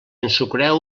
ensucreu